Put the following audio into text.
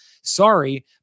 sorry